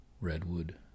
redwood